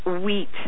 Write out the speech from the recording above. wheat